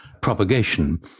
propagation